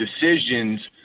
decisions